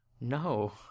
No